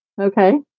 Okay